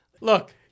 look